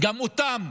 גם אותם